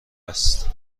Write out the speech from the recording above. است